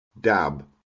dab